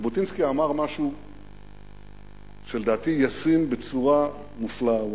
ז'בוטינסקי אמר משהו שלדעתי ישים בצורה נפלאה.